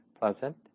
pleasant